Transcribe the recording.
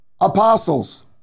apostles